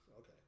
Okay